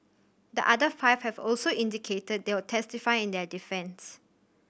the other five have also indicated they will testify in their defence